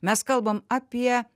mes kalbam apie